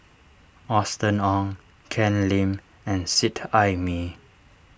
Austen Ong Ken Lim and Seet Ai Mee